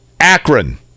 Akron